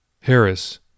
Harris